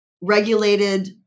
regulated